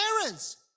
parents